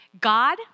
God